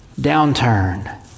downturn